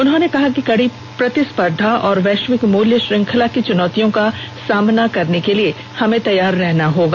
उन्होंने कहा कि कडी प्रतिस्पर्धा और वैश्विक मूल्य श्रृंखला की चुनौतियों का सामना करने के लिए हमें तैयार रहना होगा